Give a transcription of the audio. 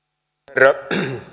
herra